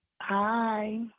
Hi